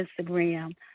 Instagram